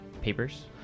papers